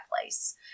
place